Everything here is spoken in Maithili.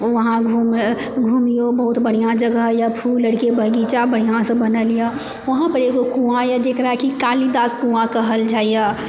वहाँ घुमियौ बहुत बढ़िआँ जगह यऽ फूल आरके बगीचा बढ़िआँसँ बनल यऽ वहाँ पर एगो कुआँ यऽ जेकरा कि जेकरा कि कालीदास कुआँ कहल जाइए